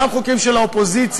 גם חוקים של האופוזיציה,